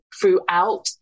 throughout